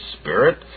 Spirit